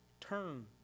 turn